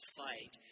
fight